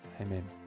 Amen